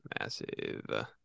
Massive